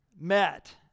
met